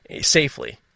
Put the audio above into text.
safely